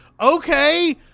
Okay